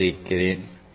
3